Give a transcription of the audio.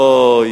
אוי,